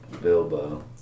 Bilbo